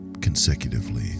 consecutively